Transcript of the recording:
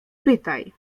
pytaj